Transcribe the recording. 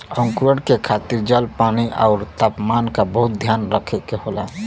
अंकुरण के खातिर जल, पानी आउर तापमान क बहुत ध्यान रखे के होला